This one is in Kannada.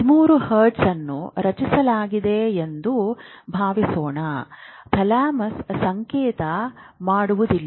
13 ಹರ್ಟ್ಜ್ ಅನ್ನು ರಚಿಸಲಾಗಿದೆ ಎಂದು ಭಾವಿಸೋಣ ಥಾಲಮಸ್ ಸಂಕೇತ ಮಾಡುವುದಿಲ್ಲ